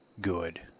good